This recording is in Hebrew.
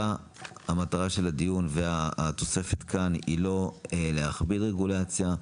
המטרה של הדיון והתוספת כאן היא לא להכביר רגולציה,